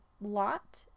lot